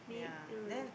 maid ah